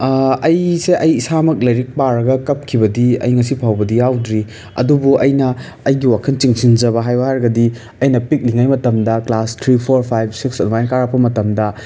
ꯑꯩꯁꯦ ꯑꯩ ꯏꯁꯥꯃꯛ ꯂꯥꯏꯔꯤꯛ ꯄꯥꯔꯒ ꯀꯞꯈꯤꯕꯗꯤ ꯑꯩ ꯉꯁꯤ ꯐꯥꯎꯕꯗꯤ ꯌꯥꯎꯗ꯭ꯔꯤ ꯑꯗꯨꯕꯨ ꯑꯩꯅ ꯑꯩꯒꯤ ꯋꯥꯈꯟ ꯆꯤꯡꯁꯤꯟꯖꯕ ꯍꯥꯏꯌꯨ ꯍꯥꯏꯔꯒꯗꯤ ꯑꯩꯅ ꯄꯤꯛꯂꯤꯉꯩ ꯃꯇꯝꯗ class three four five six ꯑꯗꯨꯃꯥꯏ ꯀꯔꯛꯄ ꯃꯇꯝꯗ